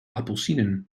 appelsienen